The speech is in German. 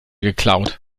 geklaut